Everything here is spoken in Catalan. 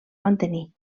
mantenir